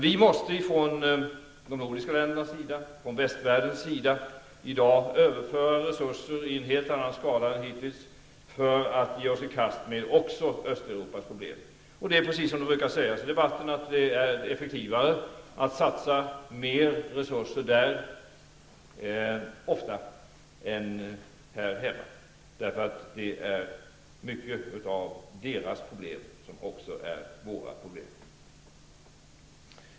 Vi måste från de nordiska ländernas sida, från västvärldens sida, i dag överföra resurser i en helt annan skala än hittills för att ge oss i kast med också Östeuropas miljöproblem. Det är precis som det brukar sägas i debatterna att det ofta är effektivare att satsa mer resurser där än här hemma, därför att många av deras problem också är våra problem.